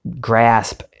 grasp